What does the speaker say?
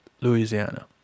Louisiana